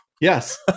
Yes